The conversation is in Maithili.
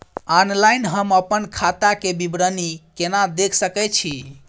ऑनलाइन हम अपन खाता के विवरणी केना देख सकै छी?